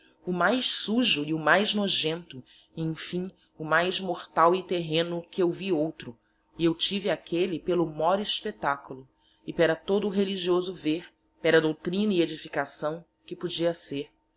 o mais sujo e o mais nojento e em fim o mais mortal e terreno que eu vi outro e eu tive aquelle pelo mór espectaculo e pera todo religioso ver pera doctrina e edificaçaõ que podia ser